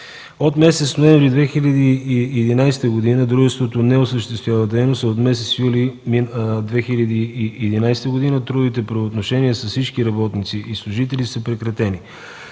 От месец ноември 2011 г. дружеството не осъществява дейност, а от месец юли 2011 г. трудовите правоотношения с всички работници и служители са прекратени.